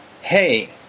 Hey